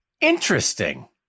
Interesting